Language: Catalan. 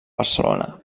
barcelona